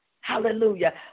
Hallelujah